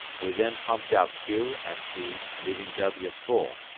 we then pumped out q and p, leaving w full,